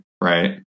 right